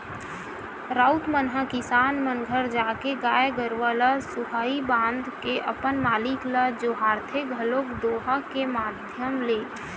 राउत मन ह किसान मन घर जाके गाय गरुवा ल सुहाई बांध के अपन मालिक ल जोहारथे घलोक दोहा के माधियम ले